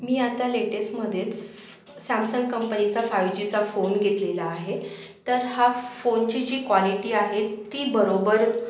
मी आता लेटेसमध्येच सॅमसंग कंपनीचा फायू जीचा फोन घेतलेला आहे तर हा फोनची जी क्वॉलिटी आहे ती बरोबर